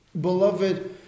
Beloved